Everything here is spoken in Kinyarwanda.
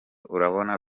urabona